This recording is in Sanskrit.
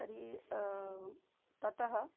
तर्हि ततः